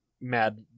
mad